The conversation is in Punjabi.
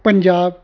ਪੰਜਾਬ